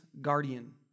guardian